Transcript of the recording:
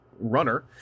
runner